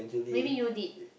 maybe you did